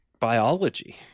biology